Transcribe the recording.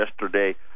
yesterday